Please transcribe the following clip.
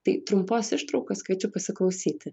tai trumpos ištraukos kviečiu pasiklausyti